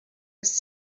was